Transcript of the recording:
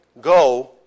go